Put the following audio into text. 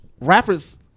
rappers